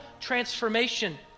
transformation